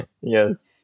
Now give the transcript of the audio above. Yes